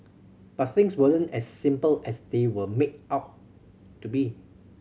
but things weren't as simple as they were made out to be